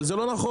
אבל זה לא נכון.